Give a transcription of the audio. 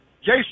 jason